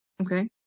Okay